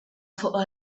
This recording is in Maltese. fuq